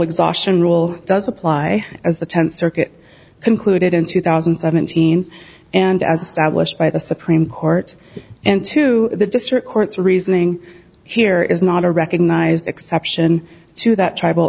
exhaustion rule does apply as the tenth circuit concluded in two thousand and seventeen and as stablished by the supreme court and to the district courts reasoning here is not a recognized exception to that tribal